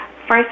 first